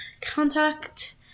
Contact